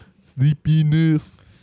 Sleepiness